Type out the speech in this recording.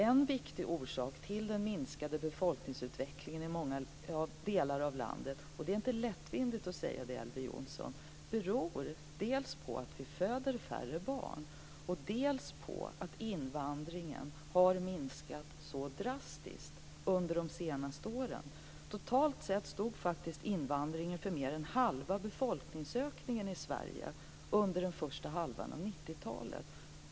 En viktig orsak till den minskade befolkningsutvecklingen i delar av landet - och det är inte lättvindigt att säga det, Elver Jonsson - beror dels på att det föds färre barn, dels på att invandringen har minskat så drastiskt under de senaste åren. Totalt sett stod faktiskt invandringen för mer än halva befolkningsökningen i Sverige under den första halvan av 90 talet.